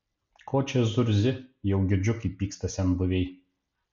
ko čia zurzi jau girdžiu kaip pyksta senbuviai